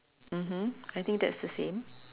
mmhmm I think that's the same